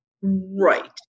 right